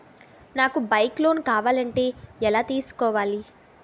నాకు bike loan కావాలంటే ఎలా తీసుకోవాలి?